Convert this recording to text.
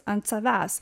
ant savęs